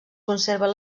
conserven